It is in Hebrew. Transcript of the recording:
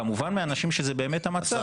כמובן מאנשים שזה באמת המצב.